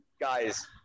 guys